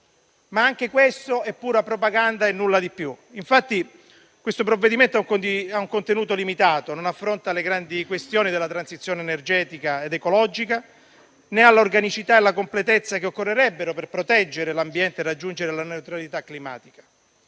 ma anche questo è pura propaganda e nulla di più. Infatti, il provvedimento ha un contenuto limitato, non affronta le grandi questioni della transizione energetica ed ecologica, né ha l'organicità e la completezza che occorrerebbero per proteggere l'ambiente e raggiungere la neutralità climatica.